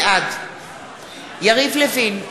בעד יריב לוין,